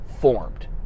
formed